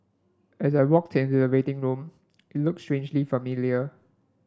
as I walked into the waiting room it looked strangely familiar